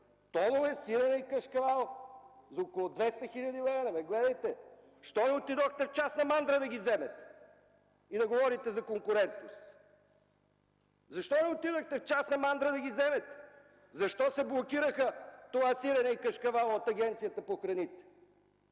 Тонове сирене и кашкавал за около 200 хил. лв.! Не ме гледайте! Защо не отидохте в частна мандра да ги вземете и да говорите за конкурентност? Защо не отидохте в частна мандра да ги вземете? Защо се блокираха това сирене и кашкавал от Агенцията по храните?